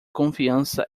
confiança